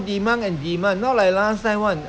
the whole house full of toy